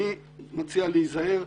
אני מציע להיזהר,